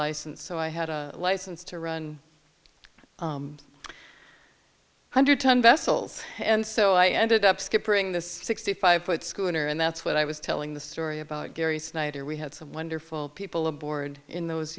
license so i had a license to run hundred tonne vessels and so i ended up skippering this sixty five foot schooner and that's what i was telling the story about gary snyder we had some wonderful people aboard in those